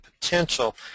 potential